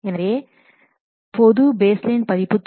எனவே பொது பேஸ்லைன் பதிப்பு தொகுதி 1